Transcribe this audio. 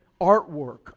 artwork